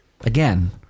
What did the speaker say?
again